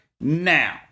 now